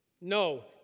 No